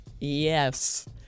Yes